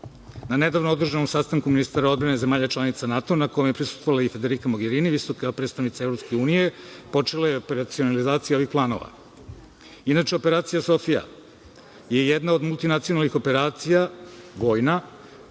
nedavno održanom sastanku ministara odbrane zemalja članica NATO na kome je prisustvovala i Federika Mogerini, visoka predstavnica EU, počela je operacija i realizacija ovih planova. Inače, operacija „Sofija“ je jedna od multinacionalnih operacija, vojna,